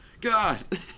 god